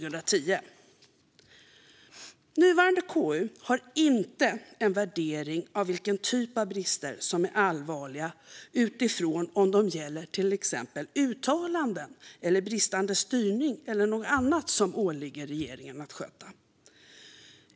Nuvarande KU gör inte en värdering av vilken typ av brister som är allvarliga utifrån om de gäller till exempel uttalanden, bristande styrning eller något annat som åligger regeringen att sköta.